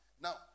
Now